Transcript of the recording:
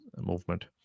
movement